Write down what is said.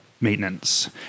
maintenance